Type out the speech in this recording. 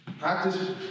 Practice